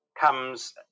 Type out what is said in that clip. comes